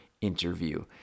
interview